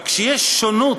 אבל כשיש שונות,